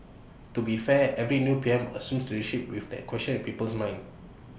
to be fair every new P M assumes leadership with that question in people's minds